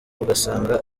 ugasanga